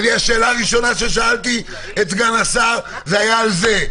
והשאלה הראשונה ששאלתי את סגן השר הייתה על זה.